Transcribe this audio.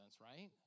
right